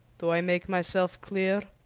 do i make myself clear?